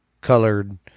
colored